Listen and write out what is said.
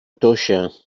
toixa